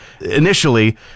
Initially